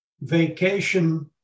vacation